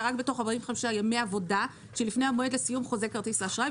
רק בתוך 45 ימי העבודה שלפני המועד לסיום חוזה כרטיס האשראי,